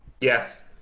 Yes